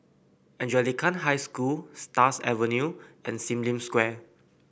Anglican High School Stars Avenue and Sim Lim Square